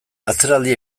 atzeraldi